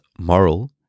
moral